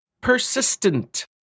Persistent